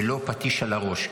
ולא פטיש על הראש,